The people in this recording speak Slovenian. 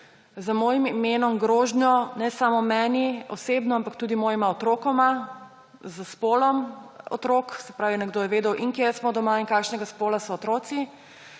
z mojim imenom grožnjo ne samo meni osebno, ampak tudi mojima otrokoma, s spolom otrok, se pravi, nekdo je vedel, in kje smo doma in kakšnega spola so otroci.